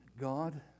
God